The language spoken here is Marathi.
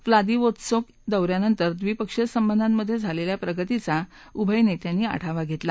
व्लादिवोत्सोक दौ यानंतर द्विपक्षीय संबंधामधे झालेल्या प्रगतीचा उभय नेत्यांनी आढावा घेतला